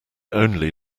only